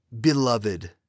Beloved